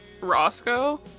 Roscoe